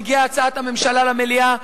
מגיעה הצעת הממשלה למליאה,